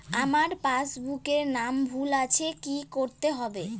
আমার পাসবুকে নাম ভুল আছে কি করতে হবে?